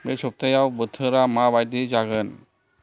बे सप्तायाव बोथोरा माबादि जागोन